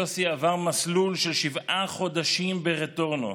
יוסי עבר מסלול של שבעה חודשים ב"רטורנו".